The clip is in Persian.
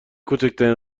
کوچکترین